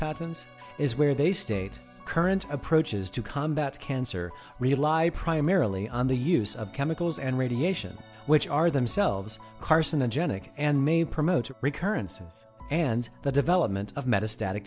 patterns is where they state current approaches to combat cancer rely primarily on the use of chemicals and radiation which are themselves carcinogenic and may promote recurrences and the development of me